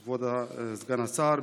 כבוד סגן השר,